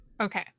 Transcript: Okay